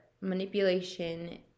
manipulation